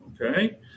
Okay